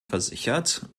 versichert